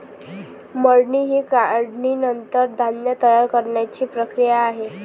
मळणी ही काढणीनंतर धान्य तयार करण्याची प्रक्रिया आहे